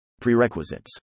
Prerequisites